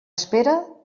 espera